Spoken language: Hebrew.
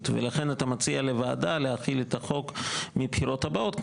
ולכן אתה מציע לוועדה להחיל את החוק מהבחירות הבאות.